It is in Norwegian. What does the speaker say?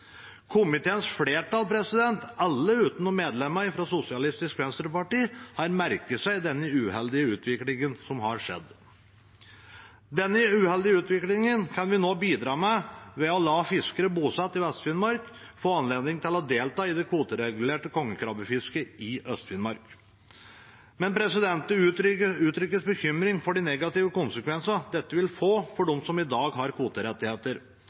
Komiteens flertall, alle utenom medlemmet fra SV, har merket seg den uheldige utviklingen som har skjedd. Denne uheldige utviklingen kan vi nå gjøre noe med ved å la fiskere bosatt i Vest-Finnmark få anledning til å delta i det kvoteregulerte kongekrabbefisket i Øst-Finnmark. Det uttrykkes bekymring for de negative konsekvensene dette vil få for dem som i dag har kvoterettigheter,